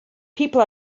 people